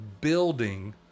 building